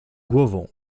głową